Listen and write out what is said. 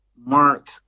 Mark